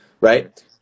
right